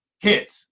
hit